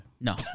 No